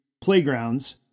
playgrounds